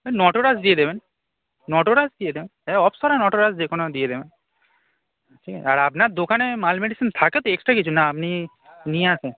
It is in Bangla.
নটরাজ দিয়ে দেবেন নটরাজ দিয়ে দেবেন হ্যাঁ অক্সফর্ড আর নটরাজ যে কোনো দিয়ে দেবেন ঠিক আছে আর আপনার দোকানে মাল মেডিসিন থাকে তো এক্সট্রা কিছু না আপনি নিয়ে আসেন